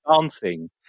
dancing